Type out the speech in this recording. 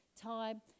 time